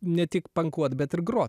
ne tik pankuot bet ir grot